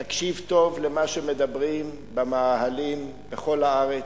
תקשיב טוב למה שמדברים במאהלים בכל הארץ.